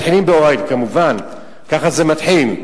מתחילים באוהל, כמובן, ככה זה מתחיל.